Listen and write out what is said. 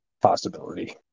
possibility